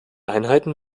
einheiten